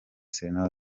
serena